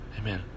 Amen